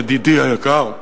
ידידי היקר,